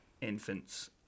infants